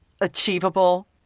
achievable